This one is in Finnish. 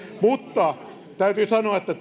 täytyy sanoa että